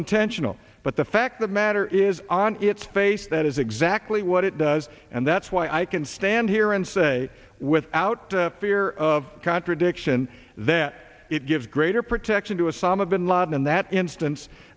intentional but the fact the matter is on its face that is exactly what it does and that's why i can stand here and say without fear of contradiction that it gives greater protection to asama bin laden in that instance